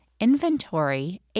inventory